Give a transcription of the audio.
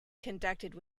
conducted